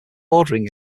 ordering